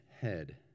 head